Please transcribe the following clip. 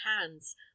hands